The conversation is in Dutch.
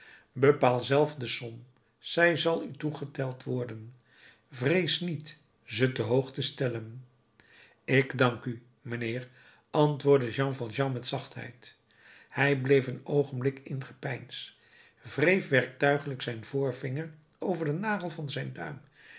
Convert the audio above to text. bepaal zelf de som zij zal u toegeteld worden vrees niet ze te hoog te stellen ik dank u mijnheer antwoordde jean valjean met zachtheid hij bleef een oogenblik in gepeins wreef werktuiglijk zijn voorvinger over den nagel van zijn duim